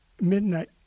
midnight